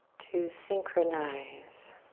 to synchronize.